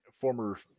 Former